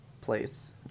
place